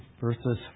verses